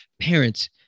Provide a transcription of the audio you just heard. parents